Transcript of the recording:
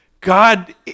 God